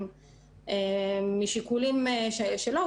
משיקולים שלו,